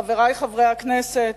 כבוד יושב-ראש הכנסת, חברי חברי הכנסת,